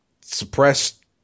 suppressed